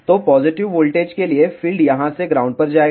तो positive voltage के लिए फील्ड यहां से ग्राउंड पर जाएगा